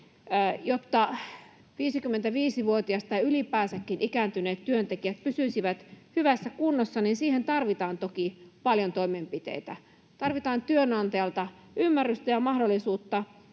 jotta 55‑vuotias tai ylipäänsäkin ikääntyneet työntekijät pysyisivät hyvässä kunnossa, tarvitaan toki paljon toimenpiteitä. Tarvitaan työnantajalta ymmärrystä ja mahdollisuutta